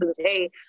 hey